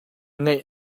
ngaih